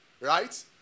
right